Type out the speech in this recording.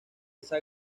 esa